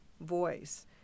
voice